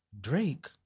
Drake